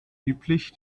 üblich